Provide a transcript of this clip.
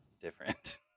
different